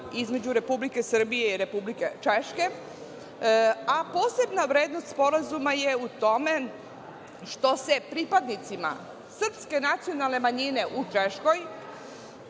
između Republike Srbije i Republike Češke, a posebna vrednost Sporazuma je u tome što se pripadnicima srpske nacionalne manjine u Češkoj